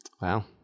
Wow